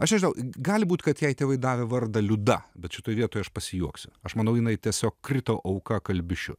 aš nežinau gali būt kad jei tėvai davė vardą liuda bet šitoj vietoj aš pasijuoksiu aš manau jinai tiesiog krito auka kalbišių